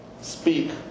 speak